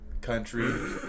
Country